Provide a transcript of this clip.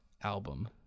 Album